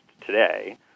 today